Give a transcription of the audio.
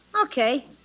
Okay